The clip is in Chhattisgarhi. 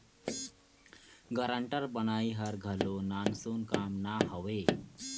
गारंटर बनई हर घलो नानसुन काम ना हवे